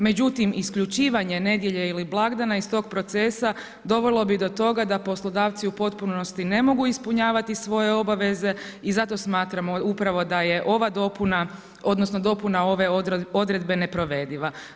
Međutim, isključivanje nedjelje ili blagdana iz tog procesa dovelo bi do toga da poslodavci u potpunosti ne mogu ispunjavati svoje obaveze i zato smatramo upravo da je ova dopuna odnosno dopuna ove odredbe neprovediva.